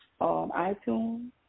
iTunes